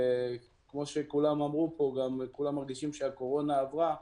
כמו שכולם אמרו פה, כולם מרגישים שהקורונה עברה,